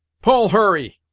pull, hurry,